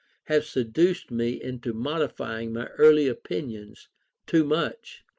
have seduced me into modifying my early opinions too much.